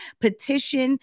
petition